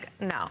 No